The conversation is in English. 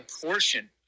portion